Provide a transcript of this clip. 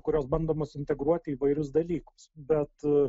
kurios bandomos integruoti į įvairius dalykus bet